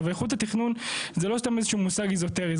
איכות התכנון זה לא סתם איזשהו מושג איזוטרי.